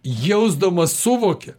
jausdamas suvokia